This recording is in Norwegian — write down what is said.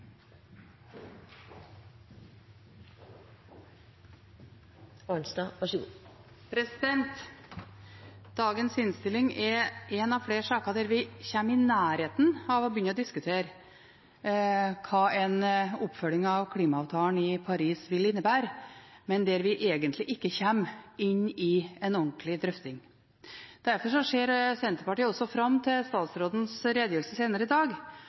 en av flere saker der vi kommer i nærheten av å begynne å diskutere hva en oppfølging av klimaavtalen i Paris vil innebære, men der vi egentlig ikke kommer inn i en ordentlig drøfting. Derfor ser Senterpartiet også fram til statsrådens redegjørelse senere i dag.